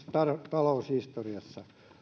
taloushistoriassamme